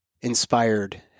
inspired